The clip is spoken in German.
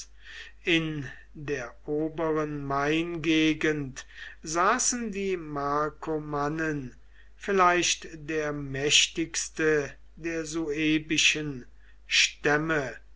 in der oberen maingegend saßen die markomannen vielleicht der mächtigste der suebischen stämme